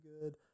good